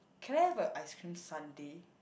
can I have a ice cream sundae